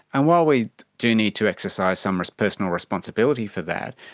and while we do need to exercise some personal responsibility for that,